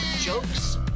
Jokes